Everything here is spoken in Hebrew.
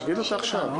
יושבים על זה עכשיו.